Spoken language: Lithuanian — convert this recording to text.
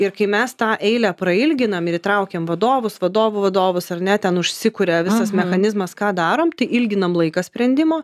ir kai mes tą eilę prailginam ir įtraukiam vadovus vadovų vadovus ar ne ten užsikuria visas mechanizmas ką darom tai ilginam laiką sprendimo